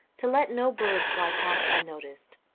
to let no bird fly past unnoticed,